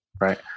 right